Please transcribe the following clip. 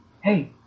hey